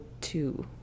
two